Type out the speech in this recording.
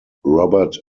robert